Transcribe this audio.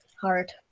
hard